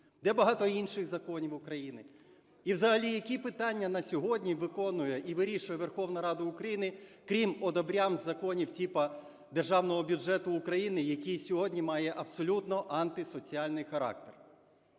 Де багато інших законів України? І взагалі, які питання на сьогодні виконує і вирішує Верховна Рада України, крім "одобрям-законів" типу Державного бюджету України, який сьогодні має абсолютно антисоціальний характер?